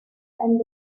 and